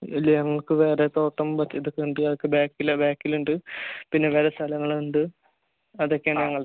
ഇല്ല ഞങ്ങൾക്ക് വേറെ തോട്ടം ഇതൊക്കെ ഉണ്ട് അതൊക്കെ ബാക്കിലാണ് ബാക്കിലുണ്ട് പിന്നെ വേറെ സ്ഥലങ്ങളുണ്ട് അതൊക്കെ ആണ് ഞങ്ങളുടെ